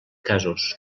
casos